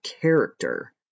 character